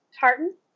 tartan